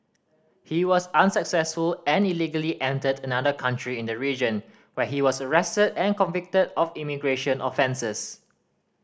he was unsuccessful and illegally entered another country in the region where he was arrested and convicted of immigration offences